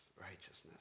Righteousness